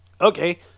okay